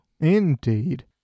Indeed